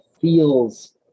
feels